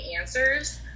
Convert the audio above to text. answers